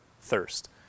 thirst